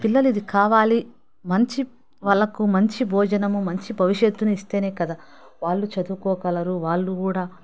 పిల్లలు ఇది కావాలి మంచి వాళ్ళకు మంచి భోజనము మంచి భవిష్యత్తును ఇస్తేనే కదా వాళ్ళు చదువుకోగలరు వాళ్ళు కూడా